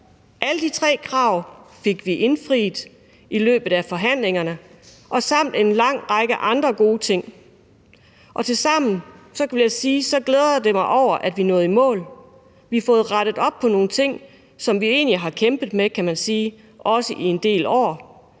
Alle de tre krav fik vi indfriet i løbet af forhandlingerne ligesom også en lang række andre gode ting – og alt i alt glæder jeg mig over, at vi nåede i mål. Vi har fået rettet op på nogle ting, som vi egentlig har kæmpet med, kan man